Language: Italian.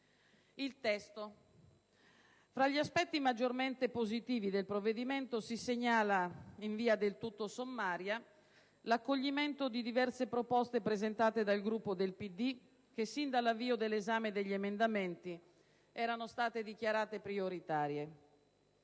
il testo, tra gli aspetti maggiormente positivi del provvedimento si segnala, in via del tutto sommaria, l'accoglimento di diverse proposte presentate dal Gruppo del PD che, sin dall'avvio dell'esame degli emendamenti, erano state dichiarate prioritarie.